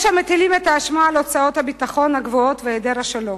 יש המטילים את האשמה על הוצאות הביטחון הגבוהות ועל העדר שלום.